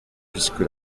puisque